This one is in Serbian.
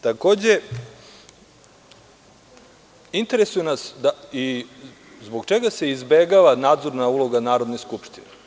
Takođe, interesuje nas zbog čega se izbegava nadzorna uloga Narodne skupštine?